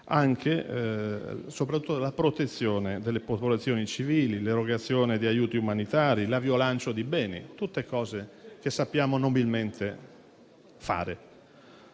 anche e soprattutto la protezione delle popolazioni civili, l'erogazione di aiuti umanitari, l'aviolancio di beni, tutte cose che sappiamo nobilmente fare.